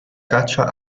caccia